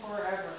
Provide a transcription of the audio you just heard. forever